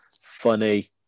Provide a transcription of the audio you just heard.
Funny